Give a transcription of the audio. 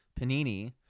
panini